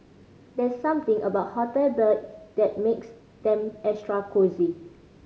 there's something about hotel beds that makes them extra cosy